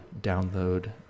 download